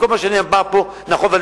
כל מה שנאמר פה נכון,